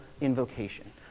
invocation